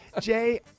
Jay